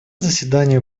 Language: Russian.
заседания